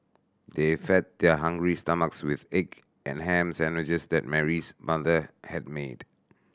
they fed their hungry stomachs with egg and ham sandwiches that Mary's mother had made